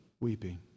Weeping